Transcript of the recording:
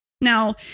Now